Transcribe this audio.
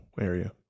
area